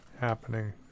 happening